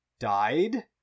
Died